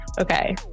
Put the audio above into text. okay